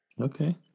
Okay